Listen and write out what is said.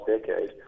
decade